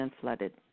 flooded